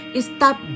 Stop